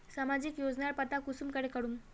सामाजिक योजनार पता कुंसम करे करूम?